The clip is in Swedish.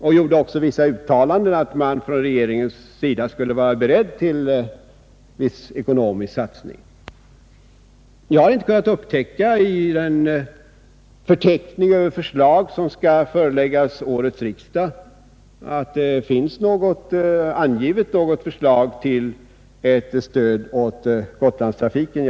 Han gjorde vissa uttalanden om att man från regeringens sida skulle vara beredd till viss ekonomisk satsning. I den förteckning över förslag som skall föreläggas årets riksdag har jag inte kunnat upptäcka något förslag till ett stöd åt Gotlandstrafiken.